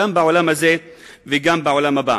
גם בעולם הזה וגם בעולם הבא.